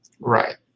Right